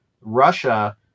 Russia